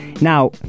Now